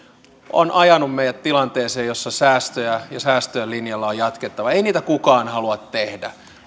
ovat ajaneet meidät tilanteeseen jossa säästöjen linjalla on jatkettava ei niitä kukaan halua tehdä